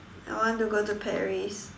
I want to go to Paris